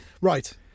Right